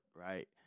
right